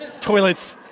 toilets